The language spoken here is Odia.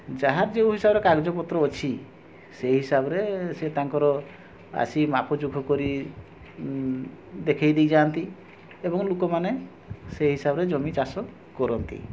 ଯାହାର ଯେଉଁ ହିସାବରେ କାଗଜପତ୍ର ଅଛି ସେ ହିସାବରେ ସେ ତାଙ୍କର ଆସି ମାପଚୁପ କରି ଦେଖେଇ ଦେଇ ଯାଆନ୍ତି ଏବଂ ଲୋକମାନେ ସେହି ହିସାବରେ ଜମି ଚାଷ କରନ୍ତି